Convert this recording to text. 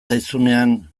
zaizunean